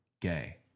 gay